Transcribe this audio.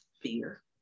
fear